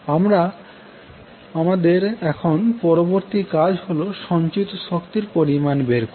এখন আমাদের পরবর্তী কাজ হল সঞ্চিত শক্তির পরিমাণ বের করা